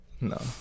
No